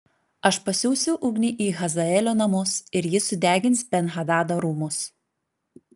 aš pasiųsiu ugnį į hazaelio namus ir ji sudegins ben hadado rūmus